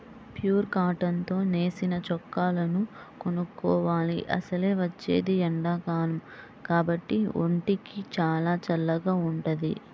pure cotton తో నేసిన చొక్కాలను కొనుక్కోవాలి, అసలే వచ్చేది ఎండాకాలం కాబట్టి ఒంటికి చానా చల్లగా వుంటది